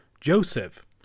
Joseph